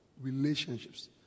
relationships